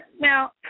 now